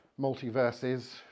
multiverses